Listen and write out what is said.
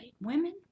women